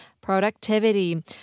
Productivity